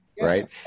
right